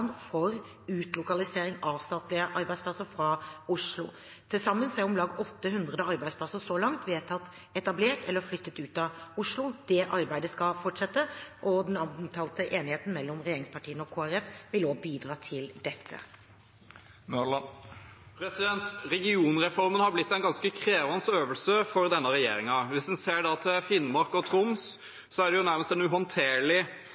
for utlokalisering av statlige arbeidsplasser fra Oslo. Til sammen er om lag 800 arbeidsplasser så langt vedtatt etablert eller flyttet ut av Oslo. Det arbeidet skal fortsette. Den omtalte enigheten mellom regjeringspartiene og Kristelig Folkeparti vil også bidra til dette. Regionreformen har blitt en ganske krevende øvelse for denne regjeringen. Hvis en ser til Finnmark og Troms, er det nærmest en uhåndterlig